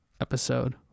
episode